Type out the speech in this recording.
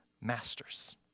masters